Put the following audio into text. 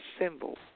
symbol